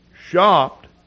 shopped